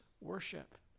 worship